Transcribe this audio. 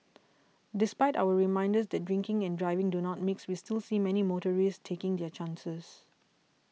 despite our reminders that drinking and driving do not mix we still see many motorists taking their chances